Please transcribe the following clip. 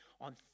on